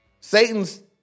Satan's